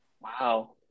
Wow